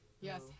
yes